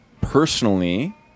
personally